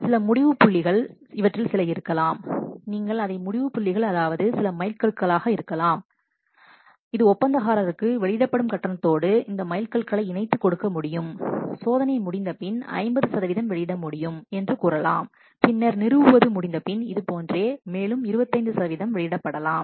சில முடிவு புள்ளிகள் இவற்றில் சில இருக்கலாம் நீங்கள் அதை முடிவு புள்ளிகள் அதாவது சில மைல்கற்களாக இருக்கலாம் இது ஒப்பந்தக்காரருக்கு வெளியிடப்படும் கட்டணத்தோடு இந்த மைல்கற்களை இணைத்து கொடுக்கலாம் சோதனை முடிந்தபின் 50 சதவிகிதம் வெளியிட முடியும் என்று கூறலாம் பின்னர் நிறுவுவது முடிந்தபின் இதுபோன்று மேலும் 25 சதவிகிதம் வெளியிடப்படலாம்